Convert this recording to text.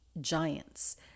giants